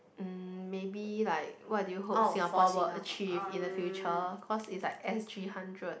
mm maybe like what do you hope Singapore will achieve in the future cause is like s_g hundred